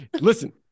listen